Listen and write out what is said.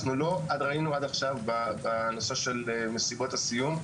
אנחנו לא זיהינו עד עכשיו בעיה בנושא של מסיבות הסיום.